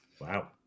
Wow